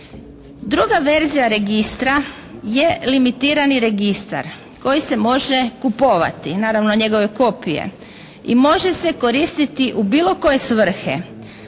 Druga verzija registra je limitirani registar koji se može kupovati, naravno njegove kopije i može se koristiti u bilo koje svrhe,